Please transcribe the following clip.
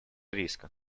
риска